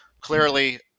clearly